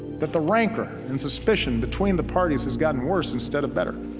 but the rancor and suspicion between the parties has gotten worse instead of better.